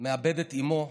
מאבד את אימו,